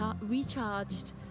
recharged